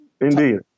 Indeed